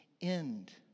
end